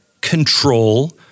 control